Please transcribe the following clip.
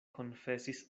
konfesis